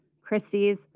Christie's